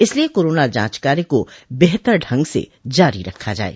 इसलिए कोरोना जांच कार्य को बेहतर ढंग से जारी रखा जाये